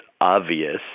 obvious